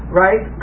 right